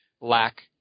lack